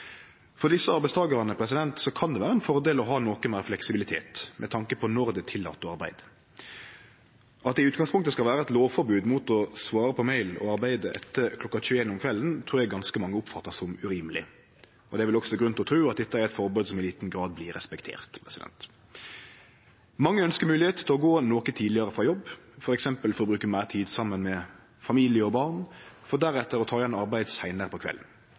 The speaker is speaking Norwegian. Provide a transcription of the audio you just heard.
For desse arbeidstakarane kan det vere ein fordel å ha noko meir fleksibilitet med tanke på når det er tillate å arbeide. At det i utgangspunktet skal vere eit lovforbod mot å svare på mail og arbeide etter kl. 21 om kvelden, trur eg ganske mange oppfattar som urimeleg. Og det er vel også grunn til å tru at det er eit forbod som i liten grad blir respektert. Mange ønskjer moglegheit til å gå noko tidlegare frå jobb, f.eks. for å bruke meir tid saman med familie og barn, for deretter å ta igjen arbeid seinare på kvelden.